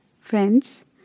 friends